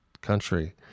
country